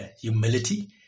humility